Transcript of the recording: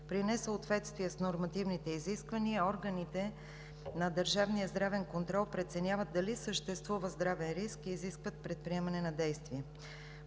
При несъответствие с нормативните изисквания, органите на държавния здравен контрол преценяват дали съществува здравен риск и изискват предприемане на действия.